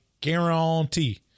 guarantee